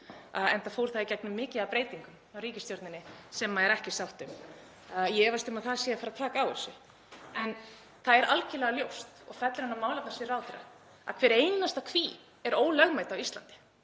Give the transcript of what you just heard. enda fór það í gegnum mikið af breytingum af ríkisstjórninni sem er ekki sátt um. Ég efast um að það sé að fara að taka á þessu. En það er algerlega ljóst og fellur undir málefnasvið ráðherra að hver einasta kví á Íslandi